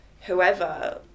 whoever